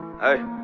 Hey